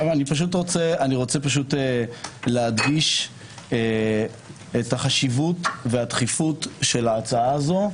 אני רוצה להדגיש את החשיבות והדחיפות של ההצעה הזו,